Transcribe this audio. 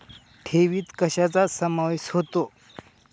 ठेवीत कशाचा समावेश होतो?